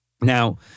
Now